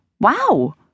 wow